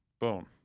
Boom